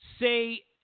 say